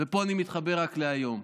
ופה אני מתחבר להיום,